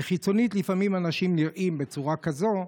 כי חיצונית לפעמים אנשים נראים בצורה כזאת,